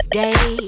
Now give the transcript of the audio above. day